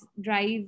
drive